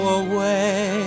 away